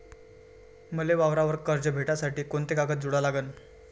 मले वावरावर कर्ज भेटासाठी कोंते कागद जोडा लागन?